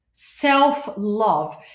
self-love